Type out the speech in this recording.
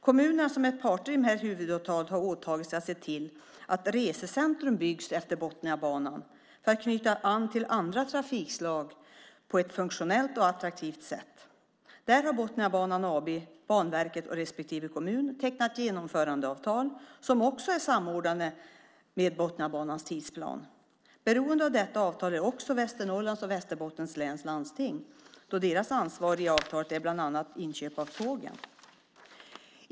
Kommunerna som är parter i detta huvudavtal har åtagit sig att se till att Resecentrum byggs utefter Botniabanan för att knyta an till andra trafikslag på ett funktionellt och attraktivt sätt. Där har Botniabanan AB, Banverket och respektive kommun tecknat genomförandeavtal som också är samordnade med Botniabanans tidsplan. Beroende av detta avtal är också Västernorrlands och Västerbottens läns landsting då deras ansvar i avtalet är bland annat inköp av tågen.